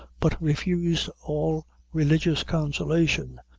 but refused all religious consolation.